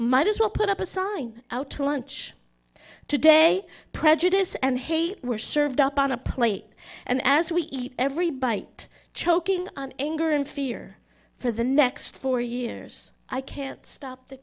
might as well put up a sign out to lunch today prejudice and hate were served up on a plate and as we eat every bite choking on anger and fear for the next four years i can't stop the